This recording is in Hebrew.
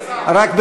הסאונד, רק הסאונד.